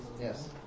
Yes